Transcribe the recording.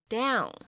down